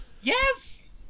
Yes